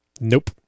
Nope